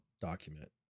document